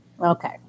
Okay